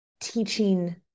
teaching